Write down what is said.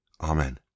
Amen